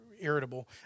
irritable